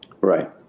Right